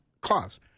clause